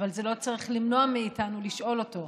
אבל זה לא צריך למנוע מאיתנו לשאול אותו: